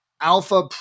alpha